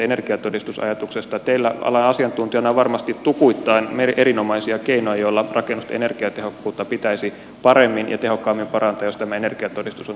teillä alan asiantuntijana on varmasti tukuittain erinomaisia keinoja joilla rakennusten energiatehokkuutta pitäisi paremmin ja tehokkaammin parantaa jos tämä energiatodistus on teidän mielestänne huono